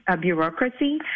bureaucracy